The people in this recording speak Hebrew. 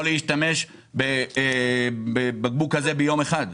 בכלל יכול להשתמש בבקבוק כזה ביום אחד.